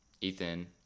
Ethan